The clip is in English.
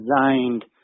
designed